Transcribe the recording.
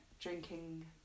drinking